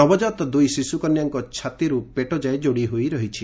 ନବକାତ ଦୁଇ ଶିଶୁ କନ୍ୟାଙ୍କ ଛାତିରୁ ପେଟ ଯାଏ ଯୋଡି ହୋଇରହିଛି